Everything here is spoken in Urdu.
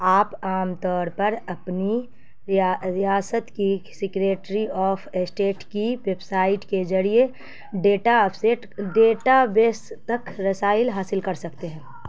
آپ عام طور پر اپنی ریاست کی سیکریٹری آف اسٹیٹ کی ویبسائٹ کے ضریعے ڈیٹا سیٹ ڈیٹا بیس تک رسائی حاصل کر سکتے ہیں